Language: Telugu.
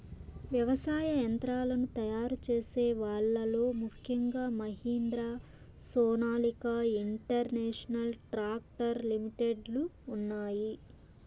వ్యవసాయ యంత్రాలను తయారు చేసే వాళ్ళ లో ముఖ్యంగా Mahindra, Sonalika international tractor limited లు ఉన్నాయి